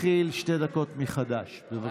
אני מתחיל שתי דקות מחדש, בבקשה.